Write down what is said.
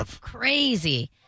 Crazy